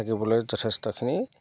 থাকিবলৈ যথেষ্টখিনি